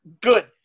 good